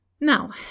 Now